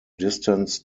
distance